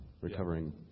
Recovering